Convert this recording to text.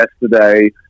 yesterday